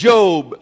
Job